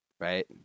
right